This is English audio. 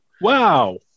Wow